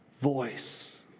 voice